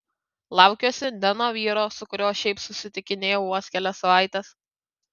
laukiuosi ne nuo vyro su kuriuo šiaip susitikinėjau vos kelias savaites